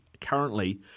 Currently